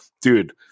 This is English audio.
Dude